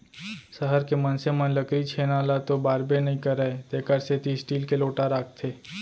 सहर के मनसे मन लकरी छेना ल तो बारबे नइ करयँ तेकर सेती स्टील के लोटा राखथें